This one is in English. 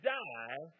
die